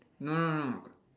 no no no